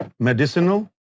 Medicinal